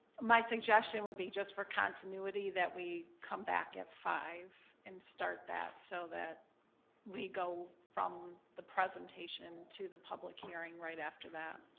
my suggestion would be just for continuity that we come back at five and start that so that we go from the presentation to the public hearing right after that.